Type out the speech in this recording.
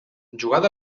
jugada